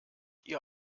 ihr